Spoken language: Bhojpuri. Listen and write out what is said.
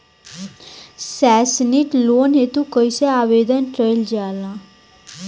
सैक्षणिक लोन हेतु कइसे आवेदन कइल जाला?